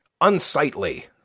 Unsightly